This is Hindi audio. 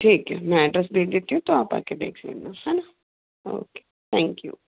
ठीक है मैं एड्रेस भेज देती हूँ तो आप आ कर देख लेना ओके थैंक यू